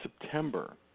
September